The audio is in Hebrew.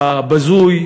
הבזוי,